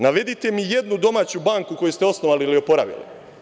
Navedite mi jednu domaću banku koju ste osnovali ili oporavili.